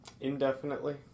Indefinitely